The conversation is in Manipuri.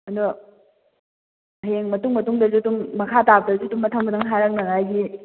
ꯑꯗꯣ ꯍꯌꯦꯡ ꯃꯇꯨꯡ ꯃꯇꯨꯡꯗꯁꯨ ꯑꯗꯨꯝ ꯃꯈꯥ ꯇꯥꯔꯛꯄꯗꯁꯨ ꯑꯗꯨꯝ ꯃꯊꯪ ꯃꯊꯪ ꯍꯥꯏꯔꯛꯅꯉꯥꯏꯒꯤ